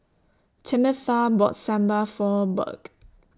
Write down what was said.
Tamatha bought Sambal For Burk